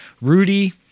Rudy